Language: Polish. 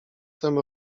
tem